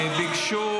ביקשו